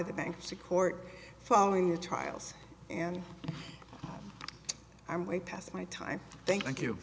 the bankruptcy court following the trials and i'm way past my time thank you